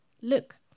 Look